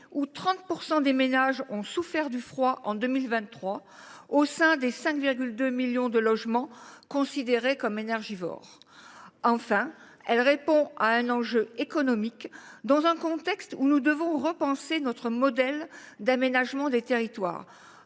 où 30 % des ménages ont souffert du froid en 2023, au sein des 5,2 millions de logements considérés comme énergivores. Enfin, elle répond à un enjeu économique, dans un contexte où nous devons repenser notre modèle d’aménagement des territoires.